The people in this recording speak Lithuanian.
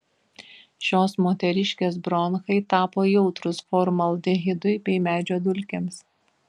šios moteriškės bronchai tapo jautrūs formaldehidui bei medžio dulkėms